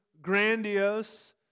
grandiose